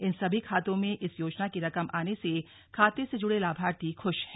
इन सभी खातों में इस योजना की रकम आने से खाते से जुड़े लाभार्थी खुश हैं